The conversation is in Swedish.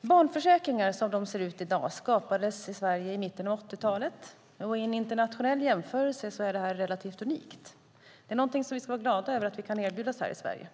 Barnförsäkringar som de ser ut i dag skapades i Sverige i mitten av 80-talet. I en internationell jämförelse är detta relativt unikt. Det är någonting som vi ska vara glada över att erbjudas i Sverige.